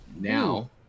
now